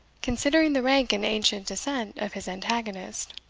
considering the rank and ancient descent of his antagonist.